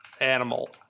animal